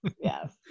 yes